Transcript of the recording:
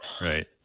Right